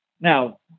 Now